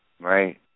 Right